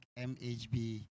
MHB